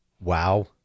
Wow